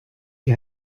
die